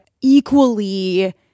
equally